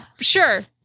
Sure